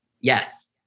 Yes